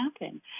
happen